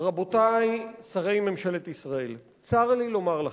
רבותי שרי ממשלת ישראל, צר לי לומר לכם,